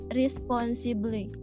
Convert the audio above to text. responsibly